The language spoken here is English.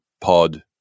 pod